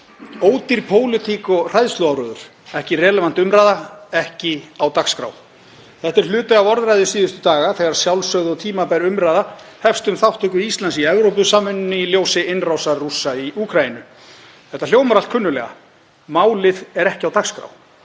Ódýr pólitík og hræðsluáróður, ekki „relevant“ umræða, ekki á dagskrá. Þetta er hluti af orðræðu síðustu daga þegar sjálfsögð og tímabær umræða hefst um þátttöku Íslands í Evrópusamvinnunni í ljósi innrásar Rússa í Úkraínu. Þetta hljómar allt kunnuglega. Málið er ekki á dagskrá